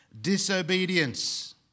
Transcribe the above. disobedience